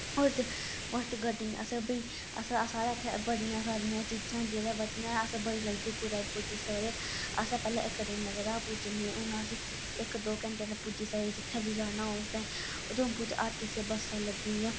होर ते होर ते गड्डी असें फ्ही साढ़े इत्थें बड़ियां सारियां चीजां न जेह्दे बदले बड़ी जल्दी कूदे बी पुज्जी सकदे असें पैह्ले इक दी लगदा हा पुज्जने हून अस इक दो घेंटे ने पुज्जी सकदे जित्थें बी जाना हो असें उधमपुर च आर टी सी बस्सा लग्गी आ